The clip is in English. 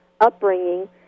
upbringing